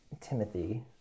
Timothy